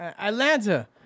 Atlanta